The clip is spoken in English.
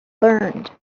learned